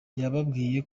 yababwiye